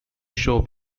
show